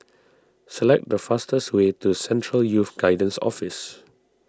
select the fastest way to Central Youth Guidance Office